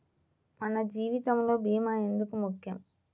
మన జీవితములో భీమా ఎందుకు ముఖ్యం?